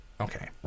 Okay